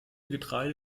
getreide